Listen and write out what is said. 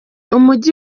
umujyi